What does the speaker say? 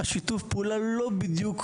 השיתוף פעולה לא בדיוק,